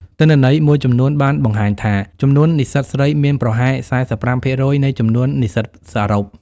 ទិន្នន័យមួយចំនួនបានបង្ហាញថា ចំនួននិស្សិតស្រីមានប្រហែល ៤៥% នៃចំនួននិស្សិតសរុប។